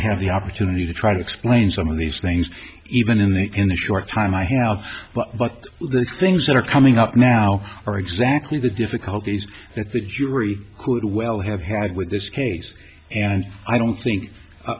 have the opportunity to try to explain some of these things even in the in the short time i have but the things that are coming up now are exactly the difficulties that the jury who well have had with this case and i don't